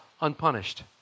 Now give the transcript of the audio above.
unpunished